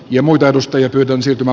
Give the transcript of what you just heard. ja muita nosto ja pyydän sitoma